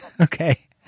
Okay